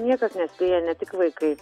niekas nespėja ne tik vaikai